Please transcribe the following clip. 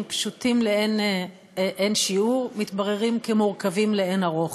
פשוטים לאין שיעור מתבררים כמורכבים לאין ערוך.